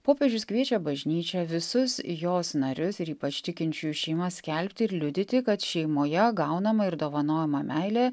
popiežius kviečia bažnyčią visus jos narius ir ypač tikinčiųjų šeimas skelbti ir liudyti kad šeimoje gaunama ir dovanojama meilė